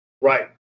Right